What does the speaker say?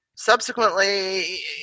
Subsequently